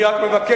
אני רק מבקש,